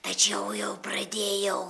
tačiau jau pradėjau